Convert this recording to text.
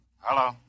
Hello